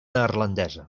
neerlandesa